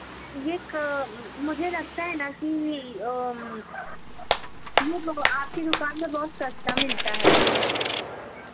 یک مجھے لگتا ہے نہ کہ آپ کی دکان میں بہت سستا ملتا ہے